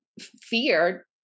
fear